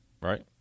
right